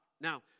Now